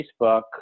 Facebook